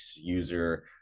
user